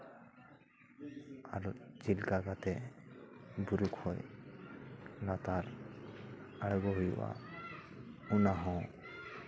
ᱟᱨᱚ ᱪᱮᱫᱠᱟ ᱠᱟᱛᱮ ᱵᱩᱨᱩ ᱠᱷᱚᱡ ᱞᱟᱛᱟᱨ ᱟᱬᱜᱚ ᱦᱩᱭᱩᱜᱼᱟ ᱚᱱᱟ ᱦᱚᱸ